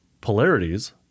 polarities